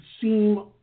seem